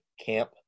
camp